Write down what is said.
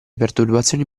perturbazioni